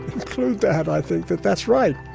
include that i think that that's right.